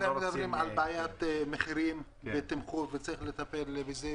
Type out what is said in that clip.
אנחנו עדיין מדברים על בעיית מחירים ותמחור וצריך לטפל בזה.